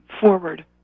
forward